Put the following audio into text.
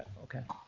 okay